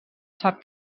sap